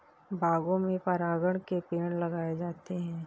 बागों में परागकण के पेड़ लगाए जाते हैं